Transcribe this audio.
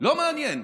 לא מעניין.